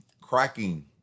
cracking